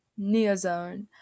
NeoZone